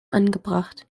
angebracht